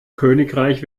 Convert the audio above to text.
königreich